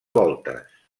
voltes